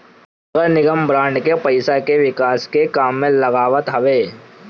नगरनिगम बांड के पईसा के विकास के काम में लगावत हवे